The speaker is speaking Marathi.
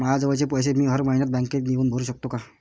मायाजवळचे पैसे मी हर मइन्यात बँकेत येऊन भरू सकतो का?